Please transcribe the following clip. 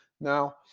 Now